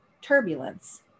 turbulence